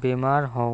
বেমার হউ